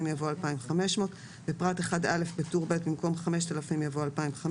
₪ יבוא 2,500 ₪ בפרט 1/א' בטור ב' במקום 5,000 ₪ יבוא 2,500